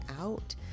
out